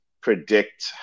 predict